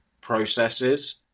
processes